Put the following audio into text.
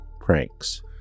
pranks